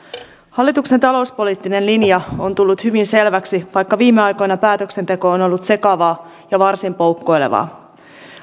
hallituksen talouspoliittinen linja on tullut hyvin selväksi vaikka viime aikoina päätöksenteko on ollut sekavaa ja varsin poukkoilevaa